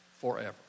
forever